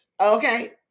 Okay